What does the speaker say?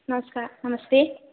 नमस्कारः नमस्ते